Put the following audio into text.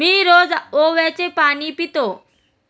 मी रोज ओव्याचे पाणी पितो